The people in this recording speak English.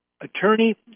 attorney